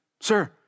Sir